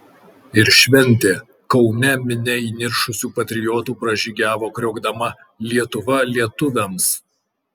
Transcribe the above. ir šventė kaune minia įniršusių patriotų pražygiavo kriokdama lietuva lietuviams